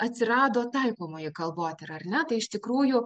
atsirado taikomoji kalbotyra ar ne tai iš tikrųjų